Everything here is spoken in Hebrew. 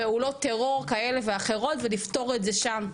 פעולות טרור כאלה ואחרות ולפתור את זה שם,